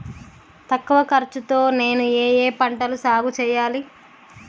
తక్కువ ఖర్చు తో నేను ఏ ఏ పంటలు సాగుచేయాలి?